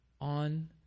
on